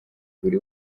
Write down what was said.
buri